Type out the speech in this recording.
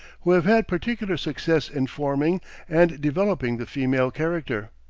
who have had particular success in forming and developing the female character.